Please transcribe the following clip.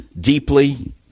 deeply